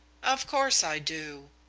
of course i do.